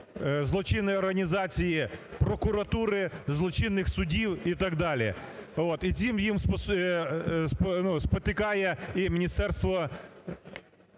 злочинної організації – прокуратури, злочинних судів і так далі. От і цим їм спотикає і Міністерство